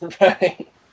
Right